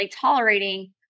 tolerating